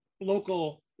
local